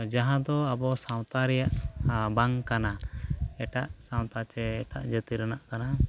ᱡᱟᱦᱟᱸ ᱫᱚ ᱟᱵᱚ ᱥᱟᱶᱛᱟ ᱨᱮᱭᱟᱜ ᱵᱟᱝ ᱠᱟᱱᱟ ᱮᱴᱟᱜ ᱥᱟᱶᱛᱟ ᱥᱮ ᱮᱴᱟᱜ ᱡᱟᱹᱛᱤ ᱨᱮᱱᱟᱜ ᱠᱟᱱᱟ